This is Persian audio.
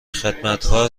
خدمتکار